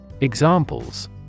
Examples